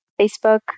Facebook